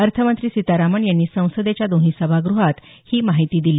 अर्थमंत्री सीतारामन यांनी संसदेच्या दोन्ही सभाग़हात ही माहिती दिली